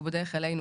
הוא בדרך אלינו,